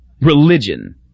Religion